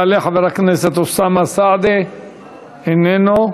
יעלה חבר הכנסת אוסאמה סעדי, איננו.